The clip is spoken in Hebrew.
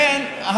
אכן,